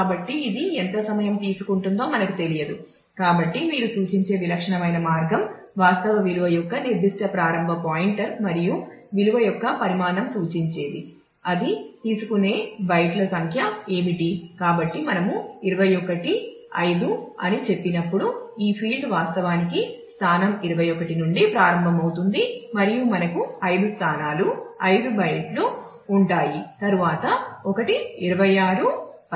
కాబట్టి మనము 215 అని చెప్పినప్పుడు ఈ ఫీల్డ్ వాస్తవానికి స్థానం 21 నుండి ప్రారంభమవుతుంది మరియు మనకు 5 స్థానాలు 5 బైట్లు ఉంటాయి తరువాత ఒకటి 26 10